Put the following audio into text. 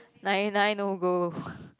ninety nine no go